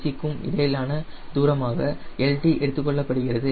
c க்கும் இடையிலான தூரமாக lt எடுத்துக்கொள்ளப்படுகிறது